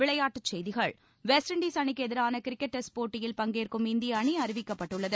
விளையாட்டுச்செய்திகள் West Indies அணிக்கு எதிரான கிரிக்கெட் டெஸ்ட் போட்டியில் பங்கேற்கும் இந்திய அணி அறிவிக்கப்பட்டுள்ளது